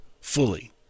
fully